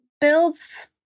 builds